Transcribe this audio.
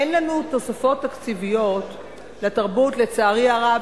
אין לנו תוספות תקציביות לתרבות, לצערי הרב.